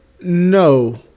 No